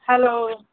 hello